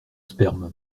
sperme